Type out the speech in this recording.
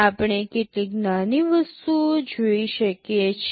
આપણે કેટલીક નાની વસ્તુઓ જોઈ શકીએ છીએ